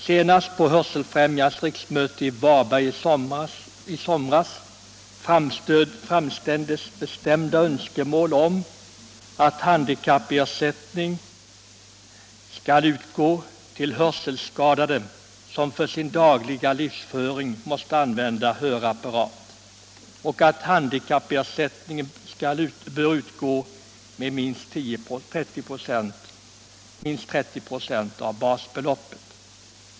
Senast på Hörselfrämjandets riksmöte i Varberg i somras framställdes bestämda önskemål om att handikappersättning skall utgå till hörselskadade som för sin dagliga livsföring måste använda hörapparat och att handikappersättningen bör utgå med minst 30 926 av basbeloppet.